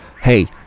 hey